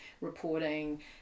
reporting